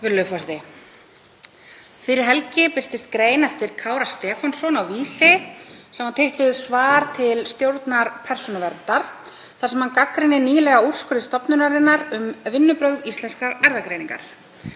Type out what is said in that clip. Fyrir helgi birtist grein eftir Kára Stefánsson á Vísi sem var titluð: Svar til stjórnar Persónuverndar, þar sem hann gagnrýnir nýlega úrskurði stofnunarinnar um vinnubrögð Íslenskrar erfðagreiningar.